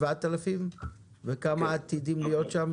7,000. וכמה ישראלים עתידים להיות שם?